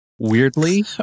weirdly